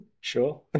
Sure